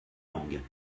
langues